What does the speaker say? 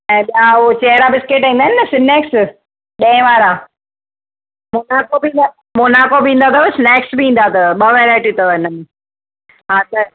ऐं ॿियां उहो चहिरा बिस्केट ईंदा आहिनि न स्नेक्स ॾहें वारा मोनाको बि मोनाको बि ईंदा अथव स्नेक्स बि ईंदा अथव ॿ वैराइटियूं अथव इन में हा ॾह